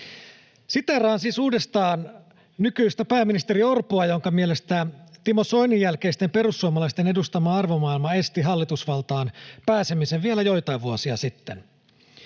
Siteeraan siis uudestaan nykyistä pääministeri Orpoa, jonka mielestä Timo Soinin jälkeisten perussuomalaisten edustama arvomaailma esti hallitusvaltaan pääsemisen vielä joitain vuosia sitten: